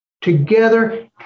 together